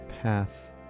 path